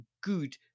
good